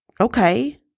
Okay